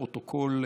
לפרוטוקול,